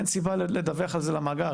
אין סיבה לדווח על זה למאגר,